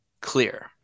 clear